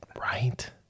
Right